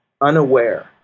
unaware